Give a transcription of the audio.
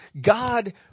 God